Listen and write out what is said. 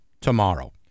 tomorrow